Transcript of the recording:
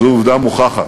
זו עובדה מוכחת.